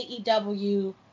AEW